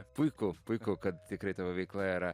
puiku puiku kad tikrai tavo veikla yra